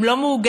הם לא מאוגדים,